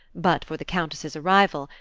but for the countess's arrival,